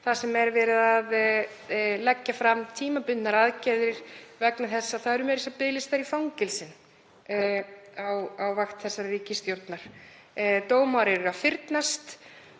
þar sem verið er að leggja fram tímabundnar aðgerðir vegna þess að það eru meira að segja biðlistar í fangelsin á vakt þessarar ríkisstjórnar. Dómar eru að fyrnast